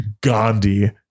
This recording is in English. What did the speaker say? Gandhi